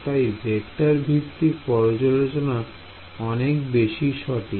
তাই ভেক্টর ভিত্তিক পর্যালোচনা অনেক বেশি সঠিক